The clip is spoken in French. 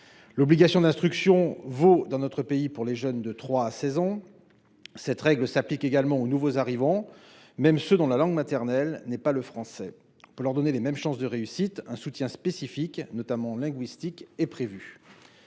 L’obligation d’instruction vaut dans notre pays pour les jeunes de 3 ans à 16 ans. Cette règle s’applique également aux nouveaux arrivants, même ceux dont la langue maternelle n’est pas le français. Pour leur donner les mêmes chances de réussite, un soutien spécifique, notamment linguistique, est prévu.